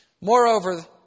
Moreover